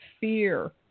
fear